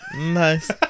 nice